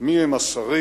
מי הם השרים,